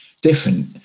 different